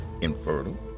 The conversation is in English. infertile